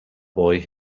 boy